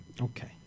Okay